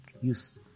use